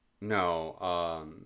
No